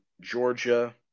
Georgia